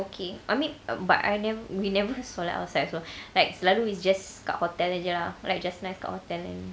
okay I mean but I never we never solat outside also like selalu it's just kat hotel jer ah like just nice kat hotel